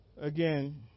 Again